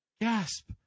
Gasp